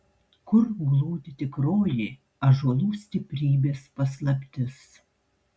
kur glūdi tikroji ąžuolų stiprybės paslaptis